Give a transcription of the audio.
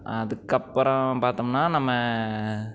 அதுக்கப்புறம் பார்த்தோம்னா நம்ம